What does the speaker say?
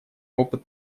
опыт